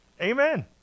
Amen